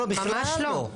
לא, ממש לא.